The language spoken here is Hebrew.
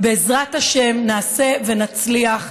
בעזרת השם נעשה ונצליח.